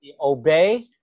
obey